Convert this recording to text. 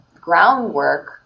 groundwork